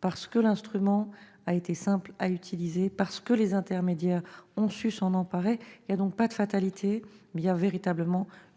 parce que l'instrument a été simple à utiliser et que les intermédiaires ont su s'en emparer. Il n'y a donc pas de fatalité, mais il y a une véritable